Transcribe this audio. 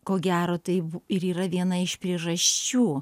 ko gero tai ir yra viena iš priežasčių